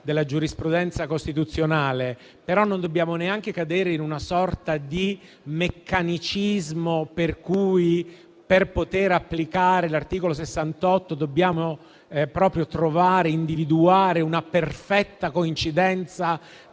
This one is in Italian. della giurisprudenza costituzionale, ma non dobbiamo neanche cadere in una sorta di meccanicismo per cui, per poter applicare l'articolo 68, dobbiamo proprio individuare una perfetta coincidenza